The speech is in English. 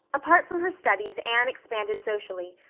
apart from her studies anne expanded socially,